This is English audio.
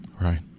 Right